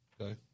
Okay